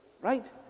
right